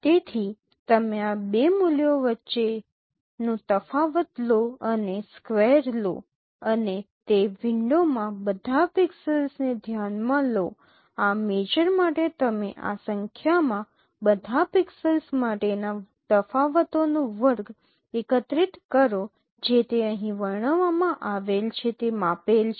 તેથી તમે આ બે મૂલ્યો વચ્ચેનો તફાવત લો અને સ્કવેર લો અને તે વિન્ડોમાં બધા પિક્સેલ્સને ધ્યાનમાં લો આ મેજર માટે તમે આ સંખ્યામાં બધા પિક્સેલ્સ માટેના તફાવતોનો વર્ગ એકત્રિત કરો જે તે અહીં વર્ણવવામાં આવેલ છે તે માપેલ છે